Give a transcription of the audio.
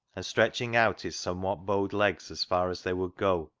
and stretching out his somewhat bowed legs as far as they would go,